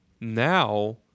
now